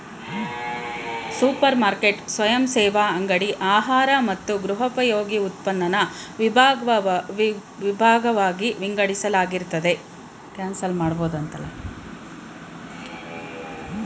super market ಸ್ವಯಂಸೇವಾ ಅಂಗಡಿ ಆಹಾರ ಮತ್ತು ಗೃಹೋಪಯೋಗಿ ಉತ್ಪನ್ನನ ವಿಭಾಗ್ವಾಗಿ ವಿಂಗಡಿಸಲಾಗಿರ್ತದೆ